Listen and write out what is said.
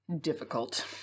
difficult